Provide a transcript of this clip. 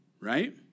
right